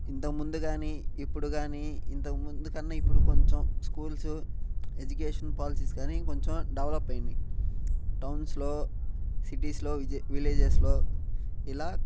ఇంతకుముందు కానీ ఇప్పుడు కానీ ఇంతకు ముందు కన్నా ఇప్పుడు కొంచెం స్కూల్స్ ఎడ్యుకేషన్ పాలసీస్ కానీ కొంచెం డెవలప్ అయినాయి టౌన్స్లో సిటీస్లో విజి విలేజెస్లో ఇలా